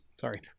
Sorry